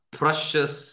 precious